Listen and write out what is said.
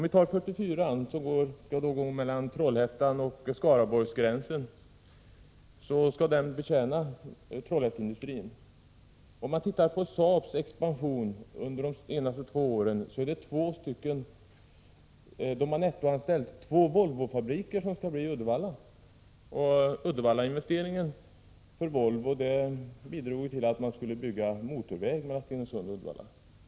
Riksväg 44, som skall gå mellan Trollhättan och Skaraborgsgränsen, skall ju betjäna Trollhätteindustrin. Om man tittar på Saabs expansion under de senaste två åren, finner man att antalet anställda netto motsvarar de två Volvofabriker som skall byggas i Uddevalla. Volvos Uddevallainvestering var en bidragande orsak till att en motorväg mellan Stenungsund och Uddevalla skulle byggas.